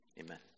amen